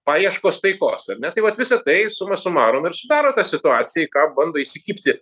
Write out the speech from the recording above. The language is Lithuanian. paieškos taikos ar ne tai vat visa tai suma sumarum ir sudaro tą situaciją į ką bando įsikibti